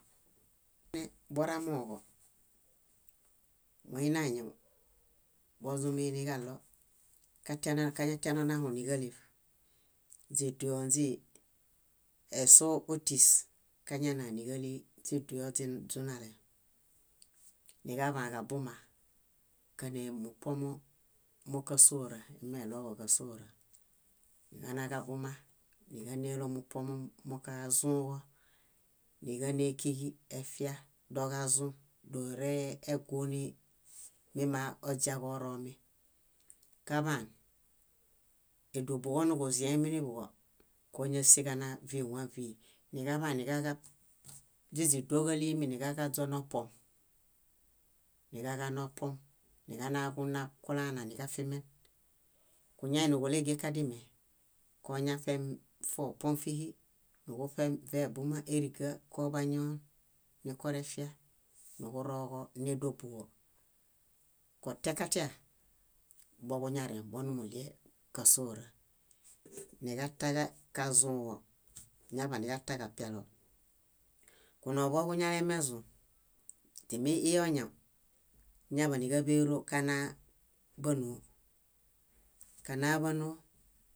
boramooġo, moiniañaw, boźumuiniġaɭo katina kañatianonaho níġaleṗ źiduyo óndii, eso ótis kañana níġalii źiduyo źi- źunale, niġaḃaġabuma káne mupuomo mókasoora, ímeɭoġoġasoora. Niġanaġabuma níġanelo mupuomo mokazũġo, níġanekiġi efia doġazũ doregũ nimimaa oźiaġo oromi. Kaḃaan édobuġo nuġuzieminiḃuġo kóñasiġana víwãvii, niġaḃaniġab źíźiduoġalimi niġaġaźo nopuom, niġaġanopuom, niġano kunab kulaana niġafimen. Kuñainikolege kadime, koñaṗem fopuom fíhi, nuġufem vebuma ériga kobañon nikorefia nuġuroġo nédobuġo. Kotiakatia, boġuñareŋ: monimuɭie kásoora. Niġatakazũġõ, ñaḃaniġataġapialo. kunoḃuġoġuñaimezũ, timi íi oñaw ñáḃaniġaḃero kanaa bánoo, kanaa-ḃánoo,